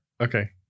Okay